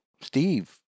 Steve